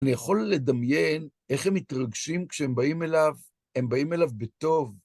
אני יכול לדמיין איך הם מתרגשים כשהם באים אליו, הם באים אליו בטוב.